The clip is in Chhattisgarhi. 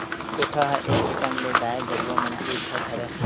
कोठा ह एक किसम ले गाय गरुवा मन के घर हरय